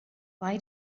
why